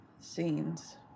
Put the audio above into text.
scenes